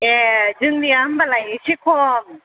ए जोंनिया होनबालाय एसे खम